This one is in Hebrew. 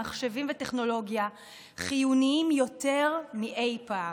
מחשבים וטכנולוגיה חיוניים יותר מאי-פעם.